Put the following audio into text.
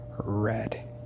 red